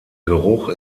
geruch